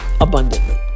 abundantly